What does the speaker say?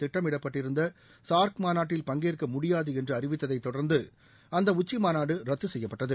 திட்டமிடப்பட்டிருந்த SAARC மாநாட்டில் பங்கேற்க முடியாது என்று அறிவித்ததை தொடர்ந்து அந்த உச்சிமாநாடு ரத்து செய்யப்பட்டது